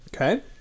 Okay